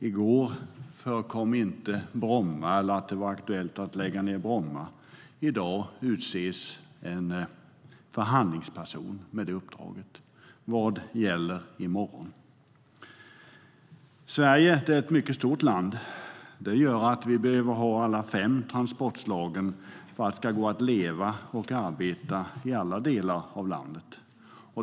I går förekom inte Bromma eller att det var aktuellt att lägga ned Bromma, och i dag utses en förhandlingsperson med det uppdraget. Vad gäller i morgon? Sverige är ett mycket stort land. Det gör att vi behöver ha alla fem transportslag för att det ska gå att leva och arbeta i alla delar av landet.